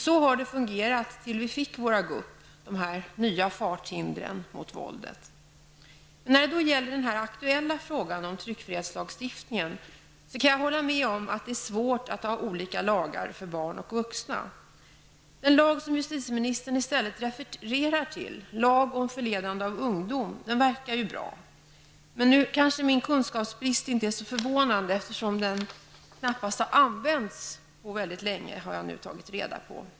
Så har det fungerat tills vi fick våra gupp, dessa nya farthinder mot våldet. När det gäller den aktuella frågan om tryckfrihetslagstiftningen, kan jag hålla med om att det är svårt att ha olika lagar för barn och vuxna. Den lag som justitieministern i stället refererar till -- lag om förledande av ungdom -- verkar ju vara bra. Men nu kanske min kunskapsbrist inte är så förvånande, eftersom lagen enligt vad jag nu har tagit reda på inte har använts på väldigt länge.